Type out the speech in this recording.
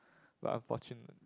but unfortunate